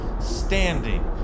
Standing